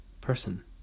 person